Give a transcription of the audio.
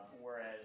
whereas